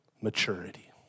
Maturity